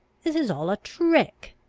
this is all a trick!